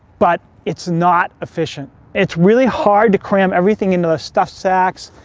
but it's not efficient. it's really hard to cram everything into the stuffed sacks.